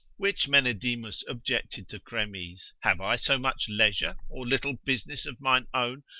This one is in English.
which menedemus objected to chremes have i so much leisure, or little business of mine own,